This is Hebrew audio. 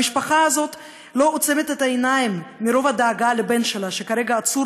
המשפחה הזאת לא עוצמת את העיניים מרוב הדאגה לבן שלה שכרגע עצור